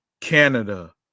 Canada